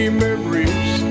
memories